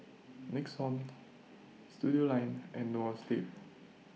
Nixon Studioline and Noa Sleep